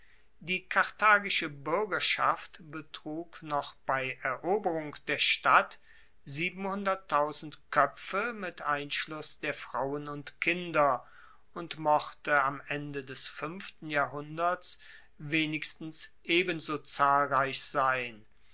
die karthagische buergerschaft betrug noch bei eroberung der stadt koepfe mit einschluss der frauen und kinder und mochte am ende des fuenften jahrhunderts wenigstens ebenso zahlreich sein